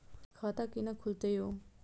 खाता केना खुलतै यो